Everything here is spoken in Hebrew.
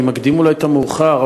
ואולי אני מקדים את המאוחר,